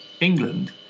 England